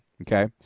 okay